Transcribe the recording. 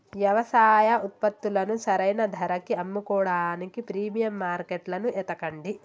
యవసాయ ఉత్పత్తులను సరైన ధరకి అమ్ముకోడానికి ప్రీమియం మార్కెట్లను ఎతకండి